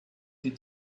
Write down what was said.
did